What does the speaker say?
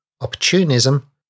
opportunism